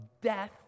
death